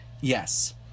Yes